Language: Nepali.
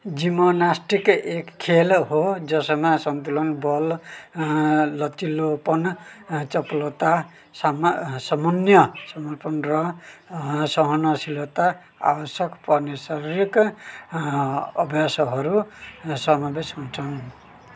जिमनास्टिक एक खेल हो जसमा सन्तुलन बल अँ लचिलोपन चपलता समन्वय समर्पण र अँ सहनशीलता आवश्यक पर्नेछ शारीरिक अँ अभ्यासहरू समावेश हुन्छन्